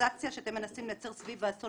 האידיאליזציה שאתם מנסים לייצר סביב האסון